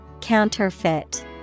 Counterfeit